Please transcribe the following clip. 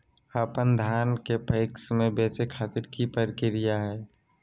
अपन धान के पैक्स मैं बेचे खातिर की प्रक्रिया हय?